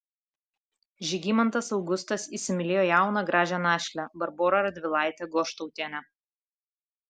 žygimantas augustas įsimylėjo jauną gražią našlę barborą radvilaitę goštautienę